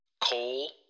Coal